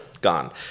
gone